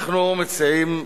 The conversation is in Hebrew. אנחנו מציעים,